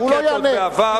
רקטות בעבר,